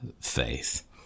faith